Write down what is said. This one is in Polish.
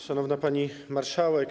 Szanowna Pani Marszałek!